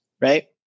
right